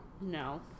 No